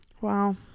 Wow